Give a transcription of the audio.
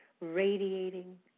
radiating